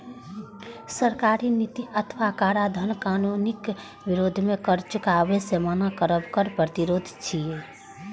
सरकारक नीति अथवा कराधान कानूनक विरोध मे कर चुकाबै सं मना करब कर प्रतिरोध छियै